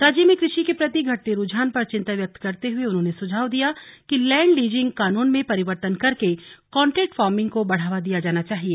राज्य में कृषि के प्रति घटते रूझान पर चिन्ता व्यक्त करते हुए उन्होंने सुझाव दिया गया कि लैण्ड लीजिंग कानून में परिवर्तन करके कॉन्ट्रेक्ट फार्मिंग को बढ़ावा दिया जाना चाहिए